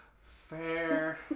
Fair